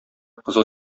кызыл